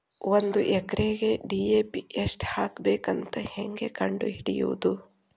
ಒಂದು ಎಕರೆಗೆ ಡಿ.ಎ.ಪಿ ಎಷ್ಟು ಹಾಕಬೇಕಂತ ಹೆಂಗೆ ಕಂಡು ಹಿಡಿಯುವುದು?